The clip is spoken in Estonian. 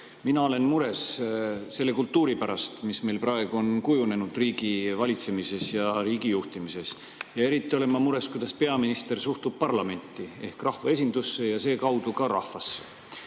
Mina olen mures selle kultuuri pärast, mis meil praegu on kujunenud riigivalitsemises ja riigijuhtimises. Eriti olen ma mures selle pärast, kuidas peaminister suhtub parlamenti ehk rahvaesindusse ja sedakaudu ka rahvasse.